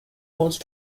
old